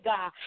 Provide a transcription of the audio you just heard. God